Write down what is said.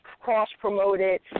cross-promoted